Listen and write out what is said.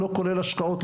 לא כולל השקעות,